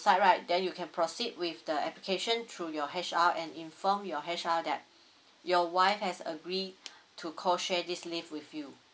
side right then you can proceed with the application through your H_R and inform your H_R that your wife has agreed to co share this leave with you